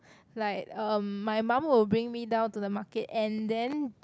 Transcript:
like uh my mum will bring me down to the market and then